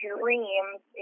Dreams